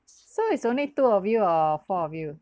so it's only two of you or four of yo